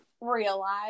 realize